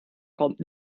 kommt